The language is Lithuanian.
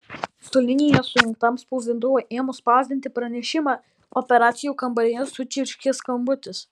su linija sujungtam spausdintuvui ėmus spausdinti pranešimą operacijų kambaryje sučirškė skambutis